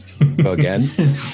again